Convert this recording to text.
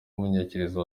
umumenyereza